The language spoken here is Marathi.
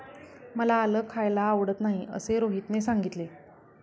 मला आलं खायला आवडत नाही असे रोहितने सांगितले